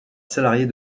salariés